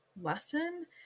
lesson